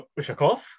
Ushakov